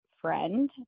friend